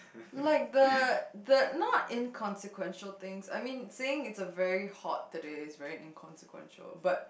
like the the not inconsequential things I mean saying it's a very hot today is very inconsequential but